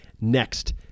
Next